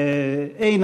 הכנסת,